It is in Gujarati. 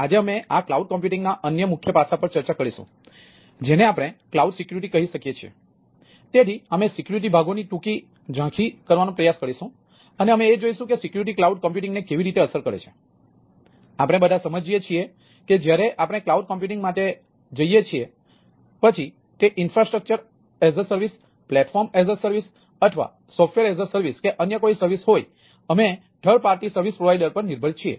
અમે ક્લાઉડ કમ્પ્યુટિંગ કે અન્ય કોઈ સર્વિસ હોય અમે થર્ડ પાર્ટી સર્વિસ પ્રોવાઇડર પર નિર્ભર છીએ